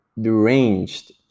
deranged